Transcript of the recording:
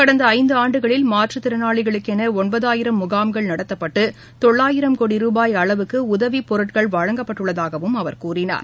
கடந்த ஐந்தாண்டுகளில் மாற்றத்திறனாளிகளுக்கென ஒன்பதாயிரம் முகாம்கள் நடத்தப்பட்டு தொள்ளாயிரம் கோடி ரூபாய் அளவுக்கு உதவிப்பொருட்கள் வழங்கப்பட்டுள்ளதாகவும் அவர் கூறினார்